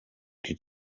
could